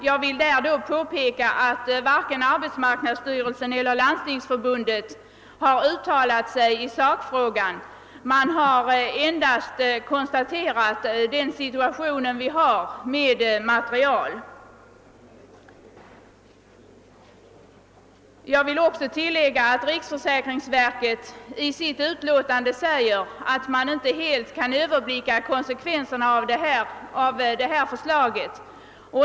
Jag vill emellertid påpeka att varken arbetsmarknadsstyrelsen = eller Landstingsförbundet har uttalat sig i sakfrågan. Dessa instanser har endast konstaterat sakläget och hänvisat till föreliggande material.